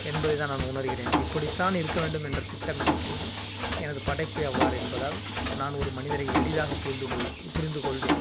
என்பதைதான் நான் உணர்கிறேன் இப்படித்தான் இருக்க வேண்டும் என்ற திட்டம் எனக்கில்லை எனது படைப்பே அவ்வாறு என்பதால் நான் ஒரு மனிதரை எளிதாக புரிந்துகொள் புரிந்துகொள்வேன்